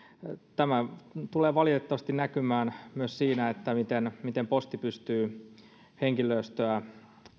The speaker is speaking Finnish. tämä tulee valitettavasti näkymään myös siinä miten miten posti pystyy henkilöstöä